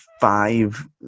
five